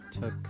took